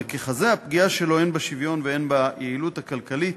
וככזה הפגיעה שלו הן בשוויון והן ביעילות הכלכלית